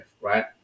right